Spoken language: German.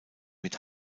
mit